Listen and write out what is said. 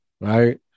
Right